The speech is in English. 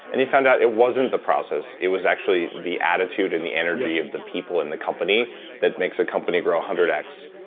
and you found out it wasn't the process, it was actually the attitude and the energy of the people in the company that makes a company grow one hundred x.